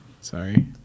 Sorry